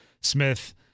Smith